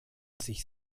sich